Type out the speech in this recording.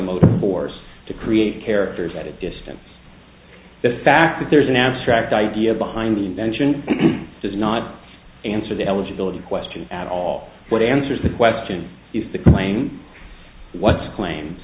ve force to create characters at a distance the fact that there's an abstract idea behind the invention does not answer the eligibility question at all what answers the question is the claim what's claims